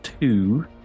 two